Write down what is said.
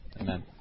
Amen